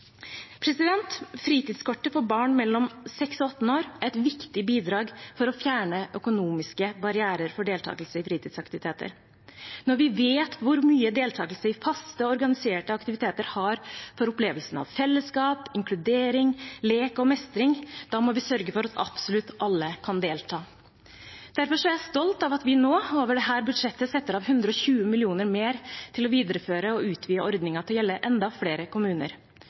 for barn mellom 6 og 18 år er et viktig bidrag for å fjerne økonomiske barrierer for deltakelse i fritidsaktiviteter. Når vi vet hvor mye deltakelse i faste, organiserte aktiviteter har å si for opplevelsen av fellesskap, inkludering, lek og mestring, må vi sørge for at absolutt alle kan delta. Derfor er jeg stolt av at vi nå over dette budsjettet setter av 120 mill. kr mer til å videreføre og utvide ordningen til å gjelde enda flere kommuner.